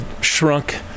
shrunk